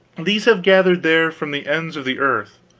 these have gathered there from the ends of the earth.